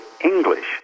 English